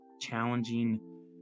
challenging